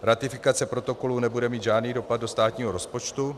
Ratifikace protokolu nebude mít žádný dopad do státního rozpočtu.